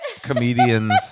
comedian's